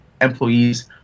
employees